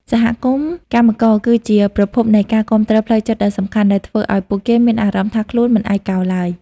សហគមន៍កម្មករគឺជាប្រភពនៃការគាំទ្រផ្លូវចិត្តដ៏សំខាន់ ដែលធ្វើឱ្យពួកគេមានអារម្មណ៍ថាខ្លួនមិនឯកោឡើយ។